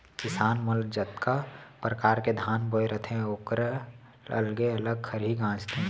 किसान मन जतका परकार के धान बोए रथें ओकर अलगे अलग खरही गॉंजथें